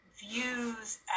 views